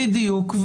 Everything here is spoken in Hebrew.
בדיוק.